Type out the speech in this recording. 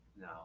No